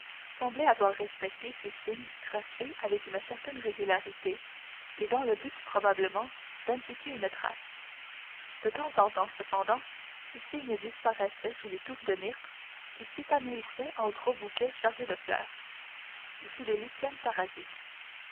semblait avoir respecté ces signes tracés avec une certaine régularité et dans le but probablement d'indiquer une trace de temps en temps cependant ces signes disparaissaient sous des touffes de myrtes qui s'épanouissaient en gros bouquets chargés de fleurs ou sous des lichens parasites